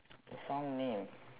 the song name